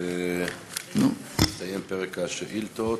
הסתיים פרק השאילתות.